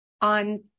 on